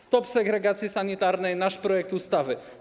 Stop segregacji sanitarnej - nasz projekt ustawy.